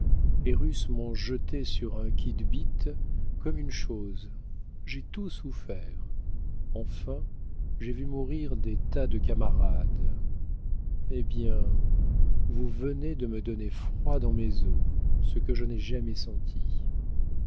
les russes m'ont jeté sur un kitbit comme une chose j'ai tout souffert enfin j'ai vu mourir des tas de camarades eh bien vous venez de me donner froid dans mes os ce que je n'ai jamais senti